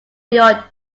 your